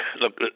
look